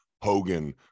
Hogan